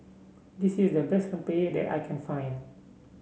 this is the best rempeyek that I can find